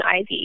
IV